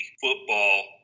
football